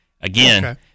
Again